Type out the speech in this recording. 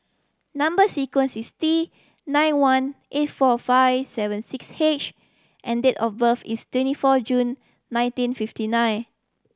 number sequence is T nine one eight four five seven six H and date of birth is twenty four June nineteen fifty nine